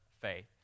faith